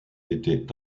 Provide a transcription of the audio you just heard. étaient